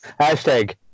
Hashtag